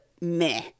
meh